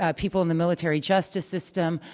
ah people in the military justice system,